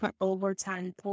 overtime